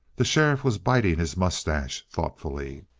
the sheriff was biting his mustache thoughtfully.